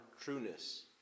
trueness